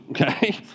okay